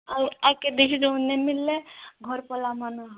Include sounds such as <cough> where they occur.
ଆଉ ଆଉ କେବେ <unintelligible> ନେଇ ମିଲ୍ଲେ ଘର୍ ପଳାମାନ